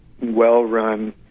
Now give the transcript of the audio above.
well-run